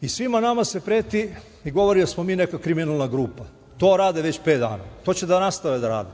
i svima nama se preti i govori da smo mi neka kriminalna grupa, to rade već pet dana i to će da nastave da rade,